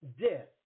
death